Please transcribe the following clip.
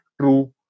true